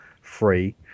free